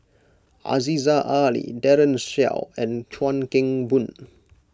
Aziza Ali Daren Shiau and Chuan Keng Boon